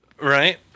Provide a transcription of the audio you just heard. Right